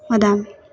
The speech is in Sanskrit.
वदामि